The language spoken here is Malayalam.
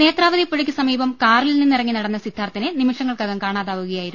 നേത്രാവതി പുഴയ്ക്ക് സമീപം കാറിൽ നിന്നിറങ്ങി നടന്ന സിദ്ധാർത്ഥിനെ നിമിഷങ്ങൾക്കകം ക്ലാണാതാവുകയായിരുന്നു